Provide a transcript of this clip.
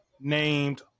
named